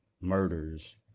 murders